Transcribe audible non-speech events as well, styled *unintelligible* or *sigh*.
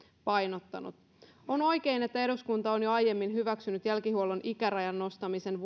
painottanut on oikein että eduskunta on jo aiemmin hyväksynyt jälkihuollon ikärajan nostamisen *unintelligible*